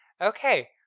Okay